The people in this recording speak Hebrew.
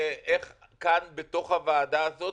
איך כאן בתוך הוועדה הזאת,